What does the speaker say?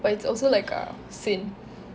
but it's also like a sin